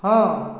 ହଁ